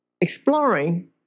exploring